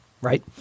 Right